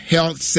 Health